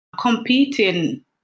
competing